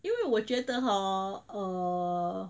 因为我觉得 hor err